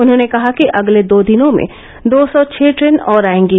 उन्होंने कहा कि अगले दो दिनों में दो सौ छः ट्रेन और आएंगी